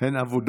הן אבודות.